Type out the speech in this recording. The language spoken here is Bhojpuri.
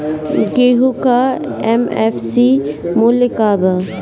गेहू का एम.एफ.सी मूल्य का बा?